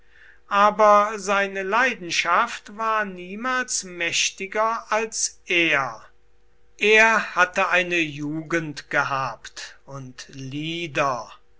aber seine leidenschaft war niemals mächtiger als er er hatte eine jugend gehabt und lieder